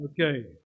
Okay